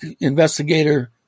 investigator